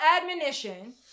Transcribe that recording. admonition